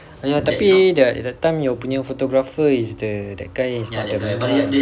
tapi the that time your punya photographer is the that guy is not that good